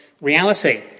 reality